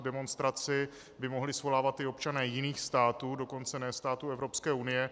Demonstraci by mohli svolávat i občané jiných států, dokonce ne států Evropské unie.